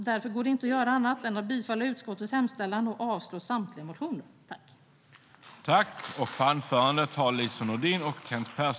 Därför kan jag inte göra annat än att yrka bifall till utskottets förslag och avslag på samtliga motioner. I detta anförande instämde Hans Backman .